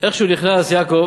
איך שהוא נכנס, יעקב,